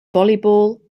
volleyball